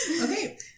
Okay